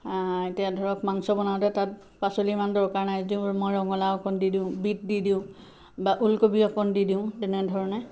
এতিয়া ধৰক মাংস বনাওঁতে তাত পাচলিৰ ইমান দৰকাৰ নাই যদিও মই ৰঙলাও অকণ দি দিওঁ বীট দি দিওঁ বা ওলকবি অকণ দি দিওঁ তেনেধৰণে